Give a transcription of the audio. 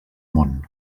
món